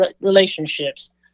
relationships